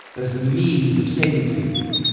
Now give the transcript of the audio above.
as the means of saving people.